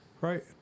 right